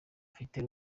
afite